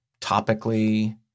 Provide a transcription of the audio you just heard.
topically